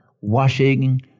washing